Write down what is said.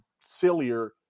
sillier